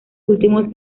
últimos